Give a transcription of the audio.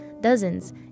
dozens